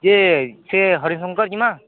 ଇଏ ସିଏ ହରି ଶଙ୍କର ଯିମା